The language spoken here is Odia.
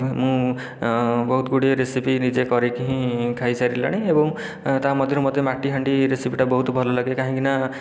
ମୁଁ ବହୁତ ଗୁଡ଼ିଏ ରେସିପି ନିଜେ କରିକି ଖାଇସାରିଲିଣି ଏବଂ ତା'ମଧ୍ୟରୁ ମୋତେ ମାଟି ହାଣ୍ଡି ରେସିପିଟା ବହୁତ ଭଲ ଲାଗେ କାହିଁକି ନା